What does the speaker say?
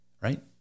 right